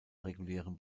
regulären